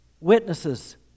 witnesses